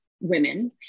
women